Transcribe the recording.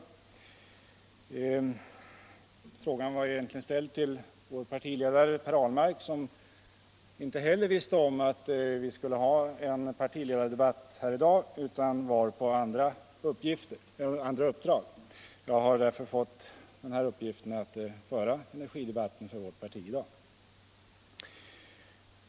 Hans fråga ställdes egentligen till vår partiledare, herr Ahlmark, som inte heller visste om att det skulle bli en partiledardebatt här i dag, och han har därför varit på andra uppdrag. Det har blivit min uppgift att föra energidebatten för vårt parti i dag.